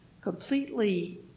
completely